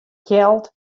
kjeld